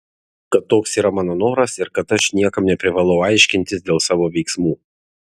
kad toks yra mano noras ir kad aš niekam neprivalau aiškintis dėl savo veiksmų